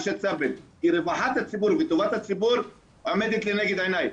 על שב"צים כי רווחת הציבור וטובת הציבור עומדת לנגד עיני,